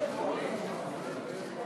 וגם השר אריאל